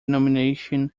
nomination